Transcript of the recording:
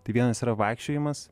tai vienas yra vaikščiojimas